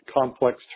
complex